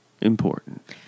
important